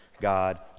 God